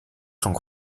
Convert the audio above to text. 状况